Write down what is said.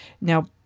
now